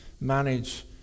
manage